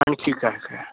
आणखी कायकाय